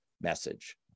message